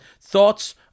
Thoughts